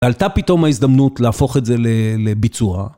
ועלתה פתאום ההזדמנות להפוך את זה לביצוע.